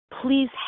please